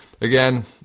again